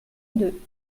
deux